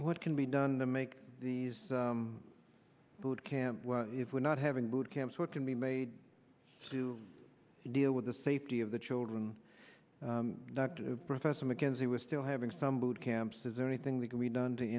what can be done to make these boot camp if we're not having boot camp so it can be made to deal with the safety of the children dr professor mckenzie was still having some boot camps is there anything that can be done to